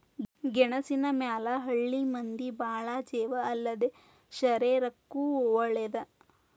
ಗೆಣಸಿನ ಮ್ಯಾಲ ಹಳ್ಳಿ ಮಂದಿ ಬಾಳ ಜೇವ ಅಲ್ಲದೇ ಶರೇರಕ್ಕೂ ವಳೇದ